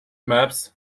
maps